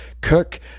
Cook